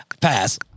Pass